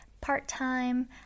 part-time